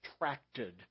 attracted